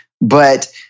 but-